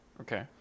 Okay